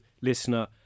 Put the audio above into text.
listener